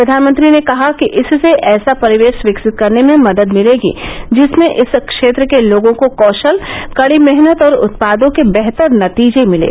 प्रधानमंत्री ने कहा कि इससे ऐसा परिवेश विकसित करने में मदद मिलेगी जिसमें इस क्षेत्र के लोगों को कौशल कड़ी मेहनत और उत्पादों के बेहतर नतीजे मिलें